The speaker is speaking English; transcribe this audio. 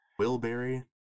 Willberry